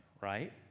right